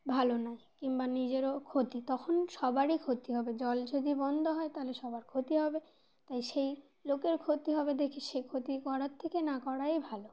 ভালো নয় কিংবা নিজেরও ক্ষতি তখন সবারই ক্ষতি হবে জল যদি বন্ধ হয় তাহলে সবার ক্ষতি হবে তাই সেই লোকের ক্ষতি হবে দেখে সে ক্ষতি করার থেকে না করাই ভালো